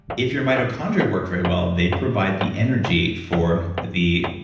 if your mitochondria work very well, they provide the energy for the